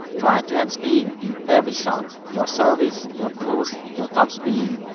try to add spin in every shot your service, your push, your topspin,